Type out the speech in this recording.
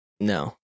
No